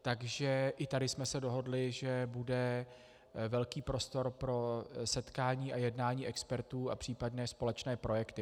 Takže i tady jsme se dohodli, že bude velký prostor pro setkání a jednání expertů a případné společné projekty.